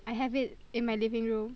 I have it in my living room